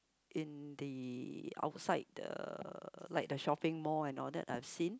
in the outside the like the shopping mall and all that I've seen